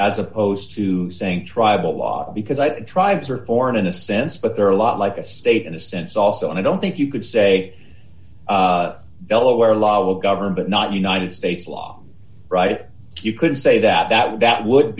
as opposed to saying tribal law because i tribes are born in a sense but they're a lot like a state in a sense also i don't think you could say delaware law will govern but not united states law right you could say that that would that would